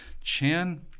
Chan